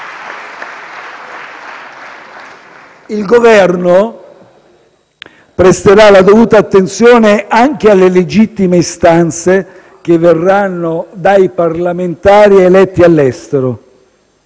Il Governo presterà la dovuta attenzione anche alle legittime istanze che verranno dai parlamentari eletti all'estero.